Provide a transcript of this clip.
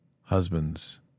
Husbands